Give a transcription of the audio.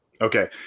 Okay